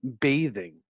bathing